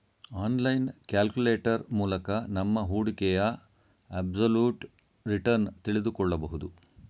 online calculator ಮೂಲಕ ನಮ್ಮ ಹೂಡಿಕೆಯ ಅಬ್ಸಲ್ಯೂಟ್ ರಿಟರ್ನ್ ತಿಳಿದುಕೊಳ್ಳಬಹುದು